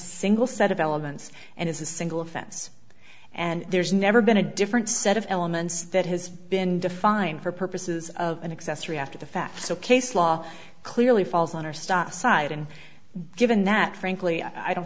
single set of elements and is a single offense and there's never been a different set of elements that has been defined for purposes of an accessory after the fact so case law clearly falls on or stop aside and given that frankly i don't